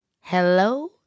hello